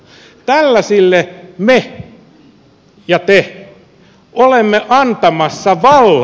tällaisille me ja te olemme antamassa vallan